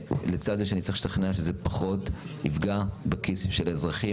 לצד זה שאני צריך להשתכנע שזה יפגע פחות בכיס של האזרחים.